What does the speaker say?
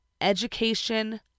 Education